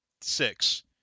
six